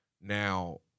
now